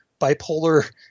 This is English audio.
bipolar